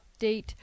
update